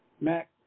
Mac